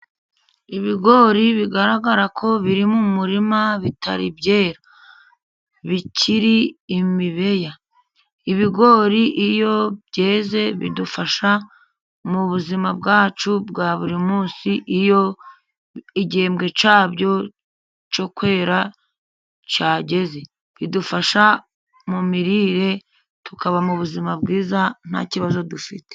Ibigori bigaragara ko biri mu murima bitari ibyera bikiri imibeya, ibigori iyo byeze bidufasha mu buzima bwacu bwa buri munsi, iyo igihembwe cyabyo cyo kwera cyageze, bidufasha mu mirire tukaba mu buzima bwiza nta kibazo dufite.